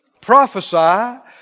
prophesy